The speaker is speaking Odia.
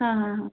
ହଁ ହଁ ହଁ